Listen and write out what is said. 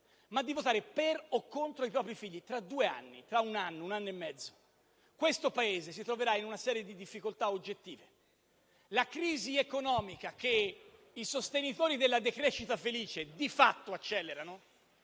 ma di votare per o contro i propri figli. Tra due anni, tra un anno o tra un anno e mezzo, questo Paese si troverà in una serie di difficoltà oggettive. La crisi economica che i sostenitori della decrescita felice di fatto accelerano